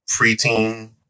preteen